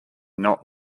not